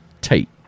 Tate